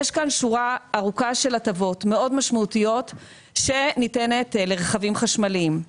יש כאן שורה ארוכה של הטבות מאוד משמעותיות שניתנת לרכבים חשמליים.